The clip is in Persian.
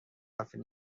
حرفی